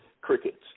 crickets